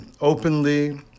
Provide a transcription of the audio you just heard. openly